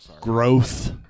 growth